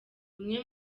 umwe